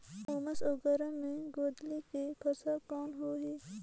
उमस अउ गरम मे गोंदली के फसल कौन होही?